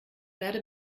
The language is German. werde